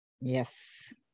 Yes